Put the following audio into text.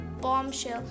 bombshell